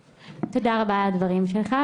תודה רבה על הדברים שלך.